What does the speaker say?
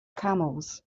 camels